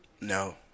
No